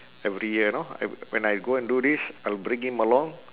every year know I when I go and do this I'll bring him along